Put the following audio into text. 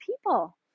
people